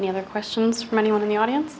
and other questions from anyone in the audience